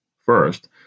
First